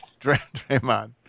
Draymond